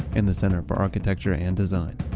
and the center for architecture and design.